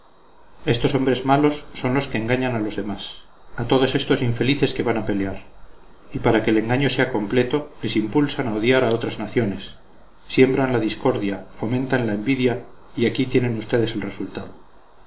estos hombres malos son los que engañan a los demás a todos estos infelices que van a pelear y para que el engaño sea completo les impulsan a odiar a otras naciones siembran la discordia fomentan la envidia y aquí tienen ustedes el resultado